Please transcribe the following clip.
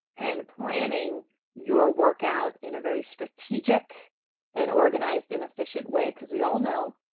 and planning your workout in a very strategic and organized and efficient way because we all know